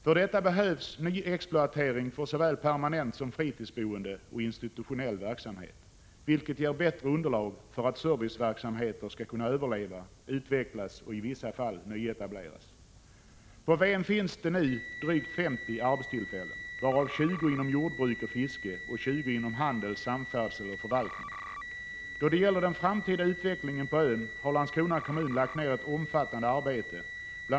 För detta behövs nyexploatering för såväl permanent boende som fritidsboende och institutionell verksamhet, vilket ger bättre underlag för att serviceverksamheter skall kunna överleva, utvecklas och i vissa fall nyetableras. É På Ven finns nu drygt 50 arbetstillfällen varav 20 finns inom jordbruk och fiske och 20 inom handel, samfärdsel och förvaltning. Då det gäller den framtida utvecklingen på ön har Landskrona kommun lagt ned ett omfattande arbete. Bl.